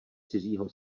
cizího